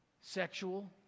Sexual